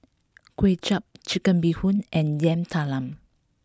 Kuay Chap chicken Bee Hoon and Yam Talam